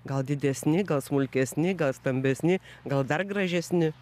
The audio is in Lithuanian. gal didesni gal smulkesni gal stambesni gal dar gražesni